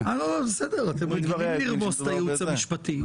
בסדר, אתם רגילים לרמוס את הייעוץ המשפטי.